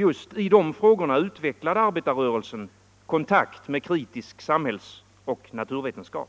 Just genom de frågorna utvecklade arbetarrörelsen kontakt med kritisk samhällsoch naturvetenskap.